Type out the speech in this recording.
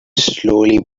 slowly